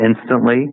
instantly